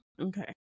okay